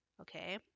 Okay